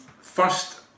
First